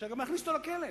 אפשר גם להכניס אותו לכלא.